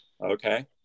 Okay